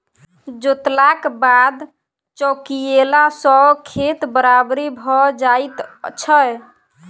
जोतलाक बाद चौकियेला सॅ खेत बराबरि भ जाइत छै